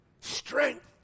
strength